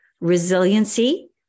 resiliency